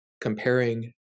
comparing